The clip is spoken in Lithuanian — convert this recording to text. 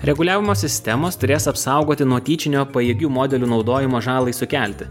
reguliavimo sistemos turės apsaugoti nuo tyčinio pajėgių modelių naudojimo žalai sukelti